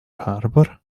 harbor